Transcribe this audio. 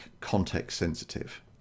context-sensitive